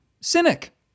Cynic